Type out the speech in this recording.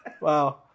Wow